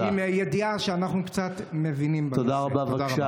ועדת הכלכלה הבהירה את זה למשרד לפני שנה,